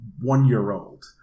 one-year-old